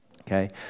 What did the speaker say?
okay